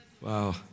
Wow